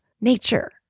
nature